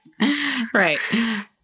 right